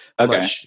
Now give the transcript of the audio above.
okay